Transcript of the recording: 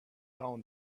down